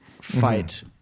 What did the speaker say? fight